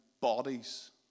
bodies